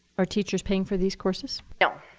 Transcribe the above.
are teachers paying for these courses? no.